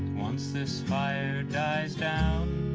once this fire dies down